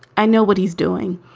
i know what he's doing.